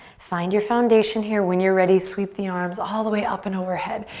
find your foundation here. when you're ready, sweep the arms all the way up and overhead.